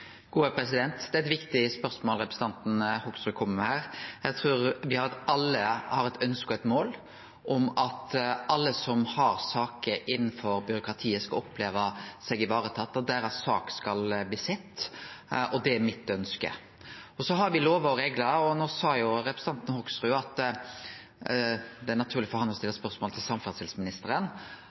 Det er eit viktig spørsmål representanten Hoksrud kjem med her. Eg trur at me alle har eit ønske og eit mål om at alle som har saker innanfor byråkratiet, skal oppleve seg varetatt, at deira sak skal bli sett, og det er mitt ønske. Så har me lovar og reglar. No sa jo representanten Hoksrud at det er naturleg for han å stille spørsmål til samferdselsministeren,